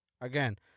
Again